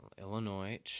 Illinois